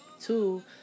Two